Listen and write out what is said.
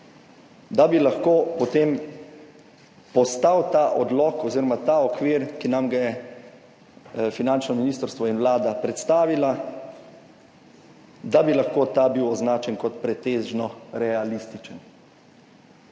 da bi lahko potem postal ta odlok oziroma ta okvir, ki nam ga je finančno ministrstvo in Vlada predstavila, da bi lahko ta bil označen kot pretežno realističen.